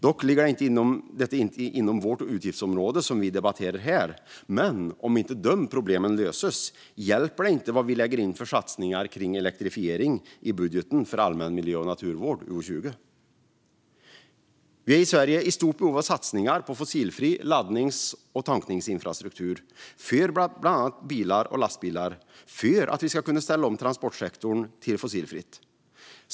Dock ligger inte just detta inom vårt utgiftsområde som vi debatterar här, men om inte dessa problem löses hjälper det inte vad vi lägger in för satsningar på elektrifiering i budgeten för allmän miljö och naturvård, utgiftsområde 20. Vi är i Sverige i stort behov av satsningar på fossilfri laddnings och tankningsinfrastruktur för bland annat bilar och lastbilar för att kunna ställa om transportsektorn till fossilfritt.